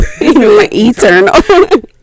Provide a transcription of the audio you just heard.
Eternal